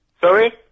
Sorry